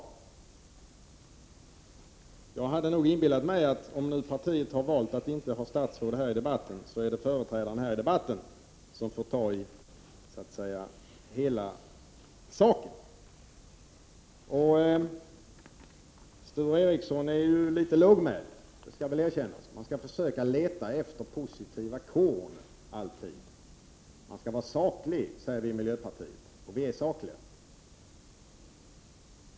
Jag hade nog inbillat mig att om partiet har valt att inte ha något statsråd i debatten, då är det partiföreträdaren som får ta tag i hela frågan. Sture Ericson är litet lågmäld — det skall väl erkännas. Man bör ju försöka leta efter positiva korn och vara saklig, säger vi i miljöpartiet, och vi är sakliga.